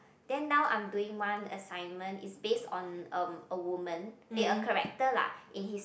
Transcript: then now I'm doing one assignment is based on um a woman eh a character lah in his